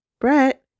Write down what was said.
Brett